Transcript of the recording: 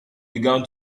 began